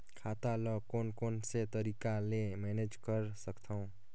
खाता ल कौन कौन से तरीका ले मैनेज कर सकथव?